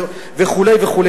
וכו' וכו'.